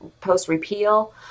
post-repeal